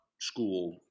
school